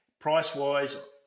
Price-wise